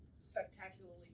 spectacularly